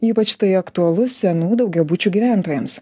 ypač tai aktualu senų daugiabučių gyventojams